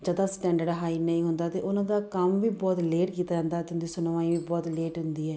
ਜ਼ਿਆਦਾ standard high ਨਹੀਂ ਹੁੰਦਾ ਤਾਂ ਉਹਨਾਂ ਦਾ ਕੰਮ ਵੀ ਬਹੁਤ ਲੇਟ ਕੀਤਾ ਜਾਂਦਾ ਅਤੇ ਉਹਨਾਂ ਦੀ ਸੁਣਵਾਈ ਵੀ ਬਹੁਤ ਲੇਟ ਹੁੰਦੀ ਹੈ